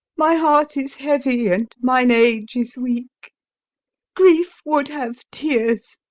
my heart is heavy, and mine age is weak grief would have tears,